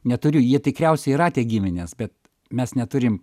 neturiu jie tikriausiai yra tie giminės bet mes neturim